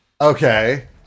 Okay